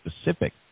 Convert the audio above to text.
specific